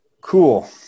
Cool